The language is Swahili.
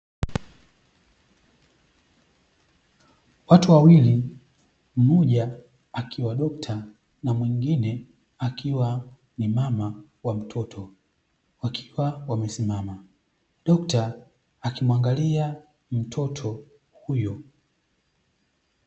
Watu wawili mmoja akiwa dokta na mwingine akiwa ni mama wa mtoto wakiwa wamesimama. Dokta akimwangalia mtoto huyo.